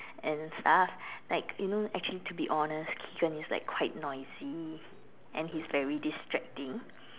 and stuff like you know actually to be honest Keigan is like quite noisy and he's very distracting